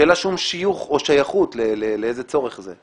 שאין לה שום שיוך או שייכות לאיזה צורך זה?